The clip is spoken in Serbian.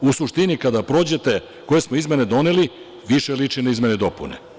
U suštini, kada prođete koje smo izmene doneli, više liči na izmene i dopune.